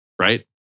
Right